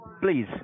please